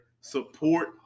support